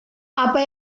apa